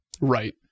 Right